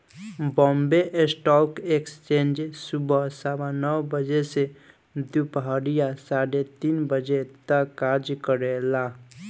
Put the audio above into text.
Bombay stock exchange सुबह सवा नौ बजे से दूपहरिया साढ़े तीन तक कार्य करेला